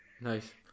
Nice